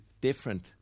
different